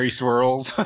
swirls